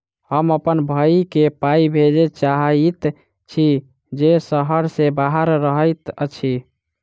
हम अप्पन भयई केँ पाई भेजे चाहइत छि जे सहर सँ बाहर रहइत अछि